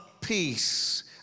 peace